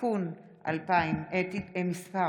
(תיקון מס'